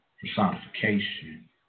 personification